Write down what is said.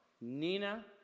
Nina